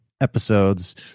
episodes